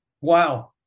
Wow